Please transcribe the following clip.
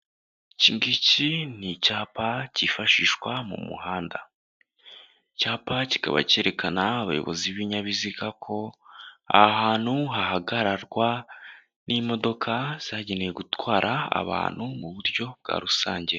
Iki ngiki ni icyapa cyifashishwa mu muhanda. Icyapa kikaba cyerekana abayobozi b'ibinyabiziga ko aha hantu hahagararwa n'imodoka zagenewe gutwara abantu mu buryo bwa rusange,